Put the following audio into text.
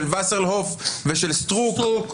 של וסרלאוף ושל סטרוק,